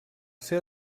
ser